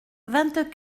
vingt